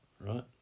right